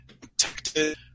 protected